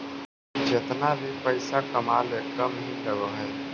जेतना भी पइसा कमाले कम ही लग हई